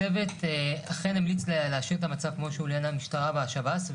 הצוות אכן המליץ להשאיר את המצב כמו שהוא לעניין המשטרה והשב"ס.